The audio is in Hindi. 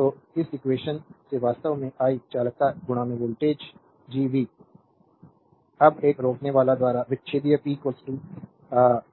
तो इस इक्वेशन से वास्तव में आई चालकता वोल्टेज जीवी अब एक रोकनेवाला द्वारा विच्छेदित p